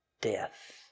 death